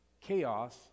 Chaos